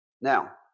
Now